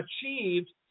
achieved